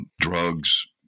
drugs